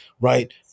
Right